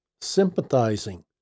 Sympathizing